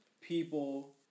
People